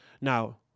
Now